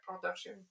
production